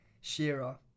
Shearer